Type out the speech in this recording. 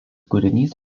kūrinys